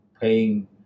paying